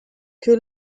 que